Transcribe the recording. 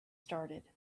started